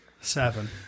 seven